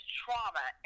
trauma